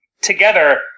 together